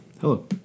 Hello